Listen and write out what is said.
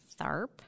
THARP